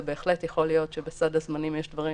ובהחלט יכול להיות שבסד הזמנים יש דברים